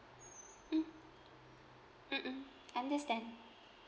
mm mmhmm understand